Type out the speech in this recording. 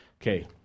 Okay